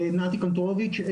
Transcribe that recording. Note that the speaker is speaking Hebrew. נתי קנטורוביץ',